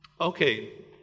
Okay